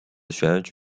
选举